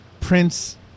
Prince